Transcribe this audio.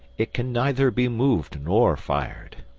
it can neither be moved nor fired.